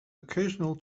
occasional